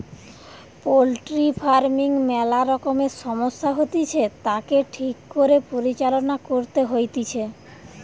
poultry farming ম্যালা রকমের সমস্যা হতিছে, তাকে ঠিক করে পরিচালনা করতে হইতিছে